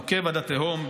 נוקב עד התהום,